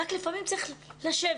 רק לפעמים צריך לשבת.